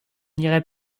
irai